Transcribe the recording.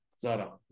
Zara